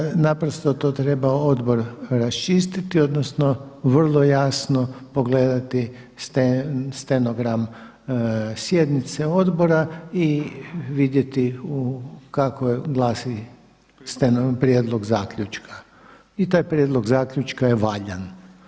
Mislim da naprosto to treba odbor raščistiti odnosno vrlo jasno pogledati stenogram sjednice odbora i vidjeti kako glasi prijedlog zaključka i taj prijedlog zaključka je valjan.